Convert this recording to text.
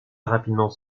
rapidement